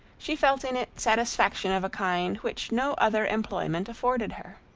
she felt in it satisfaction of a kind which no other employment afforded her.